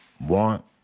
want